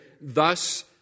thus